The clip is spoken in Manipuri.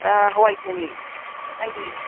ꯍꯋꯥꯏ ꯊꯣꯡꯉꯦ ꯅꯪꯗꯤ